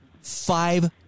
five